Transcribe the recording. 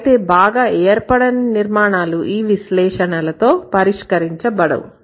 అయితే బాగా ఏర్పడని నిర్మాణాలు ఈ విశ్లేషణలతో పరిష్కరించబడవు